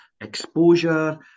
exposure